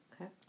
Okay